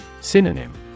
Synonym